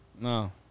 No